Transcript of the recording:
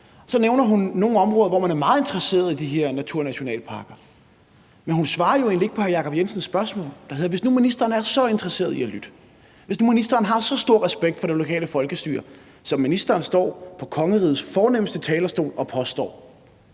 Så nævner hun nogle områder, hvor man er meget interesseret i de her naturnationalparker, men hun svarer jo egentlig ikke på hr. Jacob Jensens spørgsmål. For hvis nu ministeren er så interesseret i at lytte, hvis nu ministeren har så stor respekt for det lokale folkestyre, som ministeren står på kongerigets fornemste talerstol og påstår,